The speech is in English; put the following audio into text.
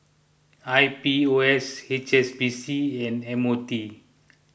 I P O S H S B C and M O T